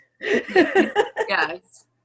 Yes